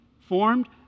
Formed